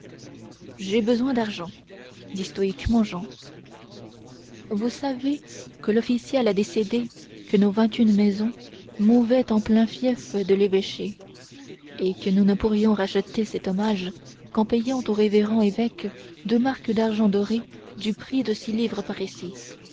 j'ai besoin d'argent dit stoïquement jehan vous savez que l'official a décidé que nos vingt une maisons mouvaient en plein fief de l'évêché et que nous ne pourrions racheter cet hommage qu'en payant au révérend évêque deux marcs d'argent doré du prix de six livres parisis